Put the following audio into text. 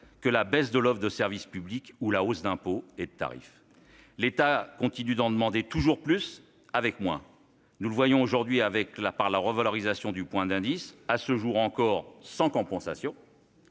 que la baisse de l'offre de service public ou la hausse des impôts et des tarifs. L'État continue d'en demander toujours plus avec moins, nous le voyons aujourd'hui avec la revalorisation du point d'indice, qui n'est toujours pas compensée.